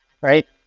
right